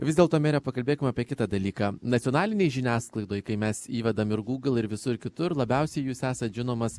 vis dėl to mere pakalbėkim apie kitą dalyką nacionalinėj žiniasklaidoj kai mes įvedam ir google ir visur kitur labiausiai jūs esat žinomas